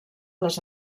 les